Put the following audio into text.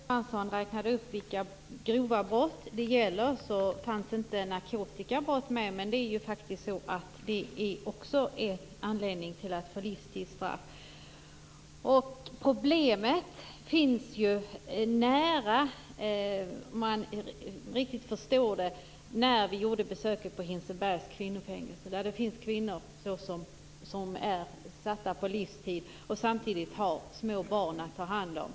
Fru talman! När Märta Johansson räknade upp vilka grova brott för vilket det gäller livstidsstraff fanns inte narkotikabrott med. Men det är också en anledning till att få livstidsstraff. Problemet finns nära. Jag förstod det på riktigt när vi besökte Hinsebergs kvinnofängelse, där det finns kvinnor som är dömda till livstid och samtidigt har små barn att ta hand om.